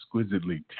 exquisitely